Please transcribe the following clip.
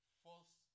force